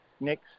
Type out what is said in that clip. next